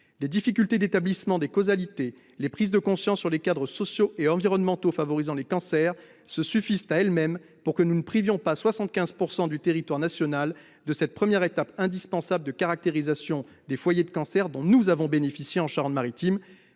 Les difficultés pour établir les causalités et les prises de conscience sur les cadres sociaux et environnementaux favorisant les cancers suffisent à justifier que nous ne privions pas 75 % du territoire national de cette première étape indispensable de caractérisation des foyers de cancer, comme nous en avons bénéficié en Charente-Maritime.